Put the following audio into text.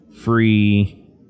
free